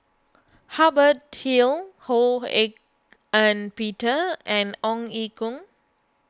Hubert Hill Ho Hak Ean Peter and Ong Ye Kung